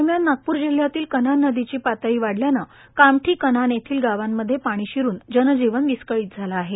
दरम्यान नागपूर जिल्ह्यातील कन्हान नदीची पाणी पातळी वाढल्याने कामठी कन्हान येथील गावामध्ये पाणी शिरुन जन जीवन विस्कळीत झाले आहे